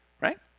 right